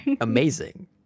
Amazing